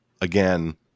again